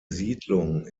siedlung